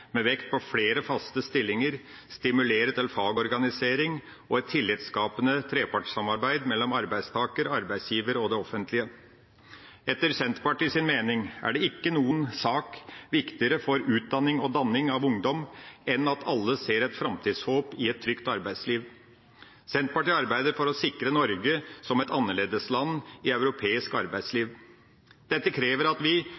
med vekt på flere faste stillinger, og stimulere til fagorganisering og et tillitskapende trepartssamarbeid mellom arbeidstaker, arbeidsgiver og det offentlige. Etter Senterpartiets mening er ikke noen sak viktigere for utdanning og danning av ungdom enn at alle ser et framtidshåp i et trygt arbeidsliv. Senterpartiet arbeider for å sikre Norge som et annerledesland i europeisk arbeidsliv. Dette krever at vi